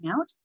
out